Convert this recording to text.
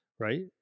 Right